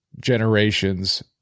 generation's